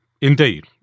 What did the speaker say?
Indeed